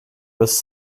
was